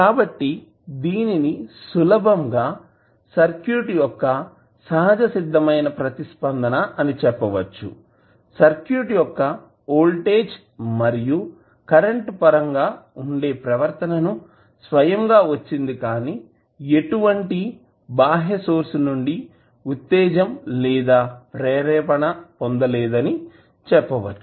కాబట్టి దీనిని సులభంగా సర్క్యూట్ యొక్క సహజసిద్ధమైన ప్రతిస్పందన అని చెప్పవచ్చు సర్క్యూట్ యొక్క వోల్టేజ్ మరియు కరెంట్ పరంగా ఉండే ప్రవర్తనను స్వయంగా వచ్చింది కానీ ఎటువంటి బాహ్య సోర్స్ నుండి ఉత్తేజం లేదా ప్రేరేపణ పొందలేదు అని చెప్పవచ్చు